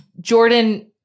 Jordan